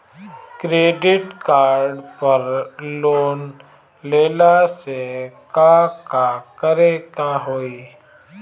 Credit card पर loan लेला से का का करे क होइ?